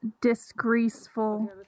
disgraceful